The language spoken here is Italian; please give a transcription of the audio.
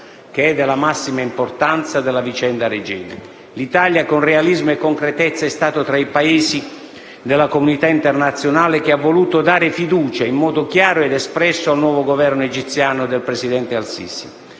che è della massima importanza, della vicenda Regeni. L'Italia, con realismo e concretezza, è stato tra i Paesi della comunità internazionale che hanno voluto dare fiducia, in modo chiaro ed espresso, al nuovo Governo egiziano del presidente al-Sisi.